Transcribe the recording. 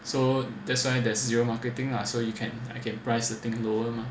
so that's why there's zero marketing lah so you can I can price the thing lower mah